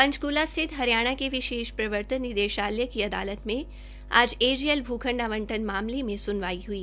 पंचक्ला स्थित हरियाणा के विशेष प्रवर्तन निदेशालय की अदालत में आज एजेएल भूखंड आंवटन मामले में सुनवाई हुई